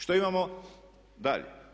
Što imamo dalje?